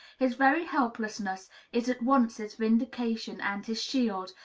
his very helplessness is at once his vindication and his shield,